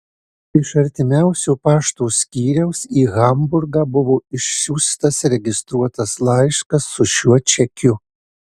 iš artimiausio pašto skyriaus į hamburgą buvo išsiųstas registruotas laiškas su šiuo čekiu